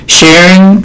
sharing